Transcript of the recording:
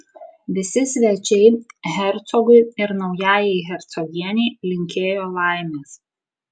visi svečiai hercogui ir naujajai hercogienei linkėjo laimės